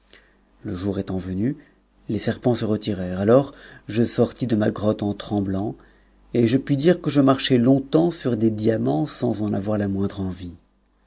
le jour étant venu les serpents se retircrp alors je sortis de ma grotte en tremblant et je puis dire que je march longtemps sur les diamants sans en avoir la moindre envie